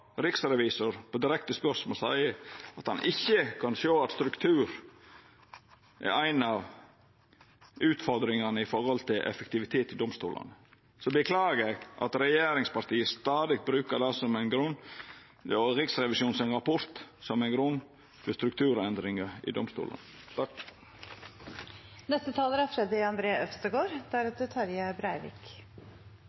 riksrevisor på direkte spørsmål seier at han ikkje kan sjå at struktur er ei av utfordringane når det gjeld effektivitet i domstolane, så beklagar eg at regjeringspartia stadig brukar det som ein grunn og Riksrevisjonen sin rapport som ein grunn for strukturendringar i domstolane.